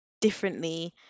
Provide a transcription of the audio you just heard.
differently